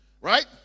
right